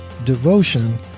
Devotion